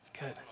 Good